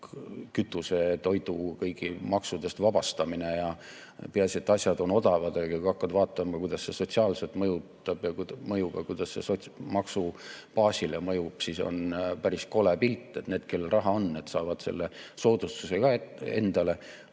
kütuse ja toidu maksudest vabastamine. Peaasi, et asjad on odavad. Aga kui hakkad vaatama, kuidas see sotsiaalselt mõjub ja kuidas see sotsiaalmaksu baasile mõjub, siis on päris kole pilt. Need, kellel raha on, saavad selle soodustuse ka endale,